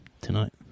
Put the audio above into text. tonight